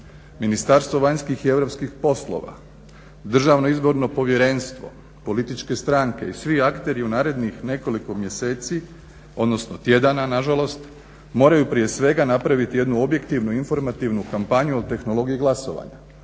Ministarstvo vanjskih i europskih poslova, Državno izborno povjerenstvo, političke stranke i svi akteri u narednih nekoliko mjeseci, odnosno tjedana nažalost moraju prije svega napraviti jednu objektivnu i informativnu kampanju o tehnologiji glasovanja.